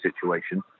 situation